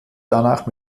danach